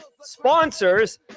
sponsors